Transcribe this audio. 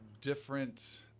different